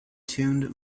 tuned